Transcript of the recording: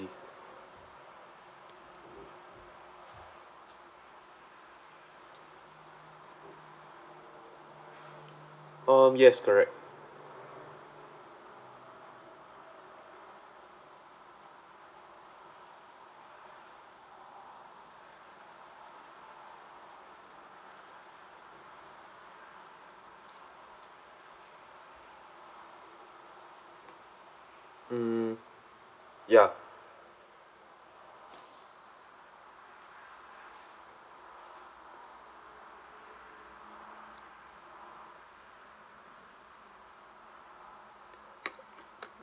um yes correct mm ya